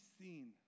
seen